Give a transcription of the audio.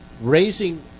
raising